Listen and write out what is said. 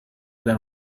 than